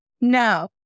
No